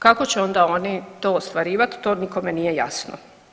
Kako će onda oni to ostvarivati, to nikome nije jasno.